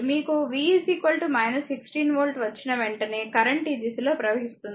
మీకు V 16 volt వచ్చిన వెంటనే కరెంట్ ఈ దిశలో ప్రవహిస్తుంది